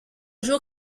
jour